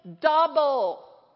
double